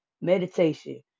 meditation